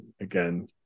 Again